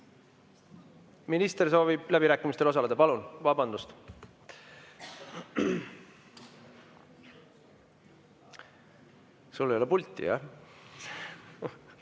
Minister soovib läbirääkimistel osaleda. Palun! Vabandust! Sul ei ole pulti, jah?